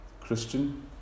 Christian